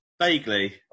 Vaguely